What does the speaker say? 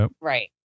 Right